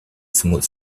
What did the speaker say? smooth